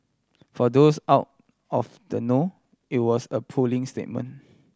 for those out of the know it was a puling statement